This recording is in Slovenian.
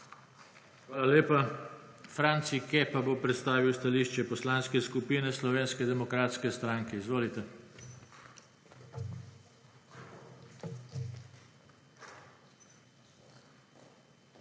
Hvala lepa. Franci Kepa bo predstavil stališče Poslanske skupine Slovenske demokratske stranke. Izvolite. **FRANCI